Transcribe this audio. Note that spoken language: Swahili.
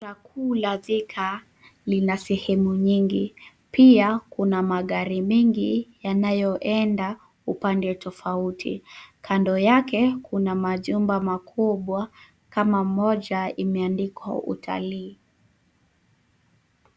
Barabara kuu la Thika lina sehemu nyingi. Pia kuna magari mengi yanayoenda upande tofauti. Kando yake kuna majumba makubwa kama moja imeandikwa Utalii.